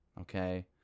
okay